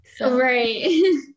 Right